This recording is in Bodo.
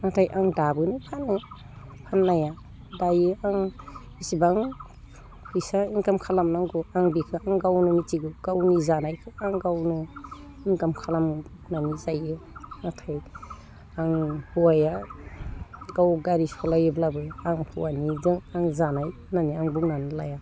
नाथाय आं दाबोनो फानो फाननाया दायो आं इसिबां फैसा इन्काम खालामनांगौ आं बेखो आं गावनो मिथिगौ गावनि जानायखो आं गावनो इन्काम खालामनानै जायो नाथाय आं हौवाया गाव गारि सलायोब्लाबो आं हौवानिजों जानाय होननानै आं बुंनानै लाया